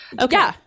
Okay